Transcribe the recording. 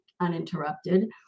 uninterrupted